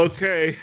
Okay